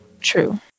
True